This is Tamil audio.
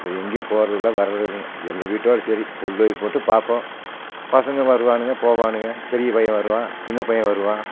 வேறு எங்கேயும் போகிறதில்ல வர்றதில்லைங்க எங்கள் வீட்டோடு சரி பிள்ளை போய்ட்டு பார்ப்போம் பசங்க வருவானுங்க போவானுங்க பெரிய பையன் வருவான் சின்ன பையன் வருவான்